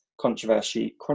controversy